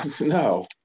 No